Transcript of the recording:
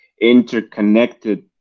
interconnected